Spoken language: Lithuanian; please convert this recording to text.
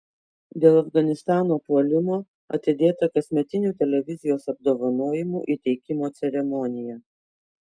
dėl afganistano puolimo atidėta kasmetinių televizijos apdovanojimų įteikimo ceremonija